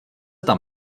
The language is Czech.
tam